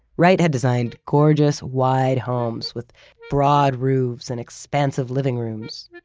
wright had designed gorgeous, wide homes with broad roofs and expansive living rooms,